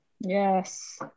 Yes